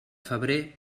febrer